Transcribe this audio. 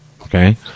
okay